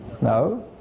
No